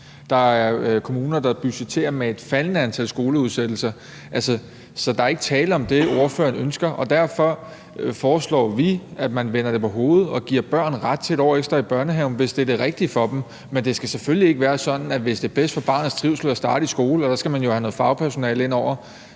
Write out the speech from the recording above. Der er kommuner, der budgetterer med et faldende antal skoleudsættelser, så der er ikke tale om det, ordføreren ønsker. Derfor foreslår vi, at man vender det på hovedet og giver børn ret til et år ekstra i børnehaven, hvis det er det rigtige for dem. Men det skal selvfølgelig ikke være sådan, at barnet skal blive i børnehaven, hvis det er bedst for barnets trivsel at starte i skole – og der skal man jo have noget fagpersonale ind over.